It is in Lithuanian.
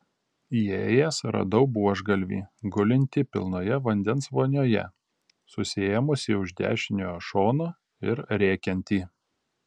įėjęs radau buožgalvį gulintį pilnoje vandens vonioje susiėmusį už dešinio šono ir rėkiantį